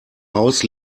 haus